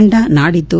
ತಂಡ ನಾಡಿದ್ಲು